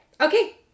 Okay